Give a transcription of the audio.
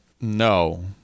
No